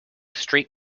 street